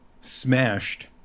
Smashed